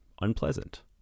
unpleasant